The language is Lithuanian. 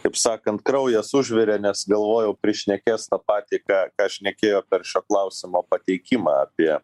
kaip sakant kraujas užvirė nes galvojau prišnekės tą patį ką ką šnekėjo per šio klausimo pateikimą apie